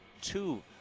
two